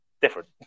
different